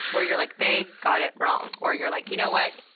where you're like they got it wrong or you're like you know what,